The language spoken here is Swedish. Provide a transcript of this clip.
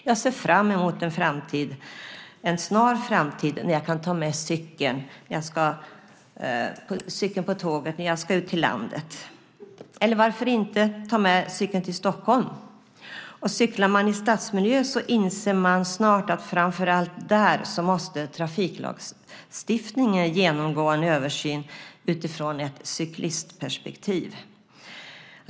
Jag ser fram emot en snar framtid då jag kan ta med cykeln på tåget när jag ska ut till landet, eller varför inte ta med cykeln till Stockholm? Cyklar man i stadsmiljö inser man snart att framför allt där måste trafiklagstiftningen genomgå en översyn utifrån ett cyklistperspektiv.